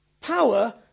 power